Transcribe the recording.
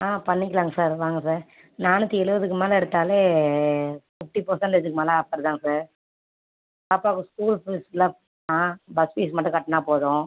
ஆ பண்ணிக்கலாங்க சார் வாங்க சார் நாநூற்றி எழுபதுக்கு மேலே எடுத்தாலே ஃபிஃப்ட்டி பர்ஸன்டேஜ்க்கு மேலே ஆஃபர் தான் சார் பாப்பாக்கு ஸ்கூல் ஃபீஸ்லாம் பஸ் ஃபீஸ் மட்டும் கட்டினா போதும்